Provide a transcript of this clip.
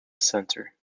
center